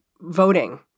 voting